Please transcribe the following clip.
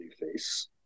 face